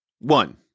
One